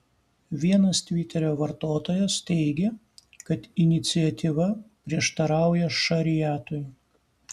vienas tviterio vartotojas teigė kad iniciatyva prieštarauja šariatui